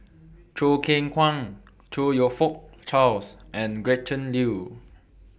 Choo Keng Kwang Chong YOU Fook Charles and Gretchen Liu